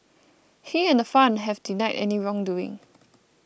he and the fund have denied any wrongdoing